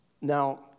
Now